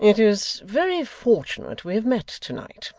it is very fortunate we have met to-night.